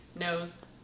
knows